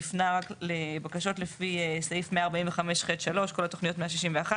והפנה לבקשות לפי סעיף 145ח(3) כל תכניות ה-161